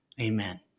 Amen